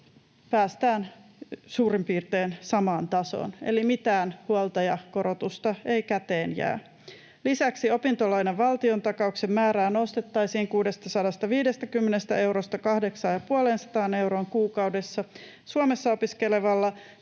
päästään suurin piirtein samaan tasoon, eli mitään huoltajakorotusta ei käteen jää. Lisäksi opintolainan valtiontakauksen määrää nostettaisiin 650 eurosta 850 euroon kuukaudessa Suomessa opiskelevalla